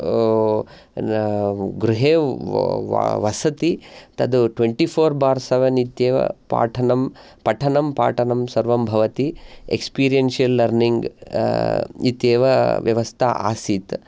गृहे वसति तद् ट्वेण्टि फोर् बार् सेवेन् इत्येव पाठनं पठनं पाठनं सर्वं भवति एक्सपीरियन्शियल् लर्निङ्ग् इत्येव व्यवस्था आसीत्